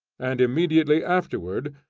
and immediately afterward,